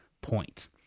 point